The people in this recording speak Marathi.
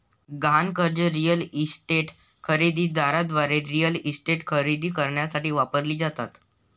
गहाण कर्जे रिअल इस्टेटच्या खरेदी दाराद्वारे रिअल इस्टेट खरेदी करण्यासाठी वापरली जातात